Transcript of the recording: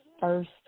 first